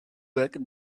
work